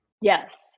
Yes